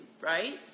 right